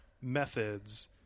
methods